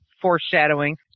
foreshadowing